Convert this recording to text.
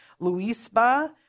Luisba